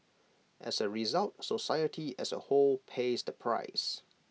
as A result society as A whole pays the price